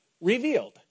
revealed